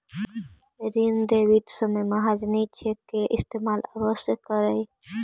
ऋण देवित समय महाजनी चेक के इस्तेमाल अवश्य करऽ